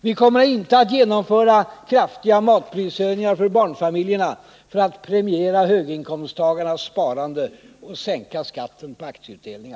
Vi kommer inte att genomföra kraftiga matprishöjningar för barnfamiljerna för att premiera höginkomsttagarnas sparande och sänka skatten på aktieutdelningar.